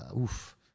oof